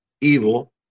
evil